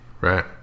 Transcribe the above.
Right